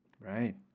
Right